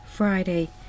Friday